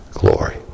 Glory